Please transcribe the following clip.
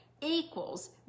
equals